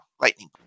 Lightning